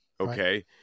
Okay